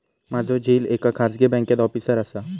माझो झिल एका खाजगी बँकेत ऑफिसर असा